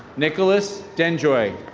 nicholas denjoy.